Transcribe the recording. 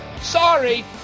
Sorry